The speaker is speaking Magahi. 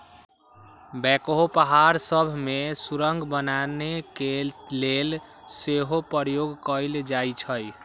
बैकहो पहाड़ सभ में सुरंग बनाने के लेल सेहो प्रयोग कएल जाइ छइ